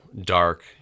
dark